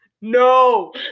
no